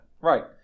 Right